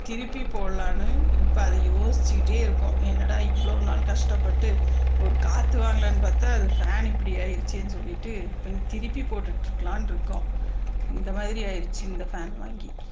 திருப்பி போடலான்னு இப்போ அதை யோசிச்சுட்டே இருக்கோம் என்னடா இவ்வளோ நாள் கஷ்டப்பட்டு ஒரு காற்று வாங்கலாம்னு பார்த்தா அது ஃபேன் இப்படி ஆயிடுச்சேன்னு சொல்லிட்டு இப்போ திருப்பி போட்டுட்டிருக்கலாம்னு இருக்கோம் இந்தமாதிரி ஆயிடுச்சு இந்த ஃபேன் வாங்கி